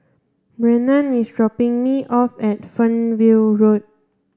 Brennan is dropping me off at Fernhill Road